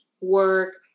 work